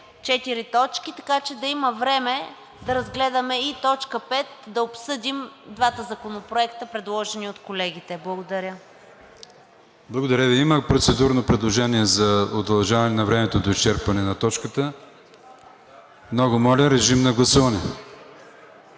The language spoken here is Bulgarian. точки, така че да има време да разгледаме и точка 5, да обсъдим двата законопроекта, предложени от колегите. Благодаря. ПРЕДСЕДАТЕЛ АТАНАС АТАНАСОВ: Благодаря Ви. Има процедурно предложение за удължаване на времето до изчерпване на точката. Много моля, режим на гласуване.